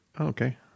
okay